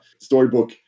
Storybook